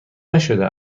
نشده